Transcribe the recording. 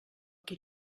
qui